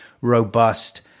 robust